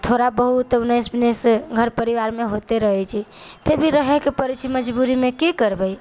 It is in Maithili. थोड़ा बहुत उन्नैस बीस घर परिवारमे होइते रहै छै फिर भी रहयके पड़ै छै मजबूरीमे की करबै